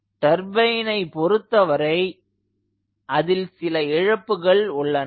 டர்பைனை பொருத்தவரை அதில் சில இழப்புகள் உள்ளன